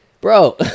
bro